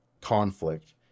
conflict